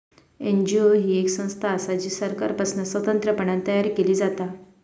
NGO ही येक संस्था असा जी सरकारपासना स्वतंत्रपणान तयार केली जाता